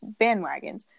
bandwagons